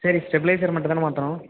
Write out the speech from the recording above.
சரி ஸ்டெப்லைசர் மட்டும் தானே மாற்றணும்